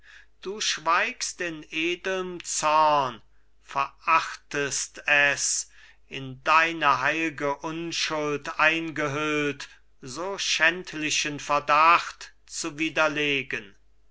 du schweigst in edelm zorn verachtest es in deine heilge unschuld eingehüllt so schändlichen verdacht zu widerlegen